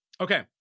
Okay